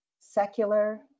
Secular